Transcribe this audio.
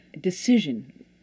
decision